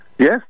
Yes